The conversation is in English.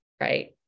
right